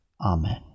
amen